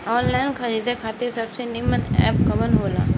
Online खरीदे खातिर सबसे नीमन एप कवन हो ला?